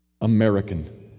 American